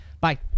bye